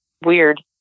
weird